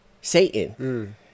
Satan